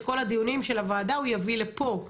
כל הדיונים של הוועדה הוא יביא לפה,